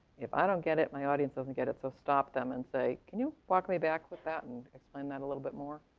if i don't get it, my audience doesn't get it. so stop them and say, can you walk me back with that and explain that a little bit more.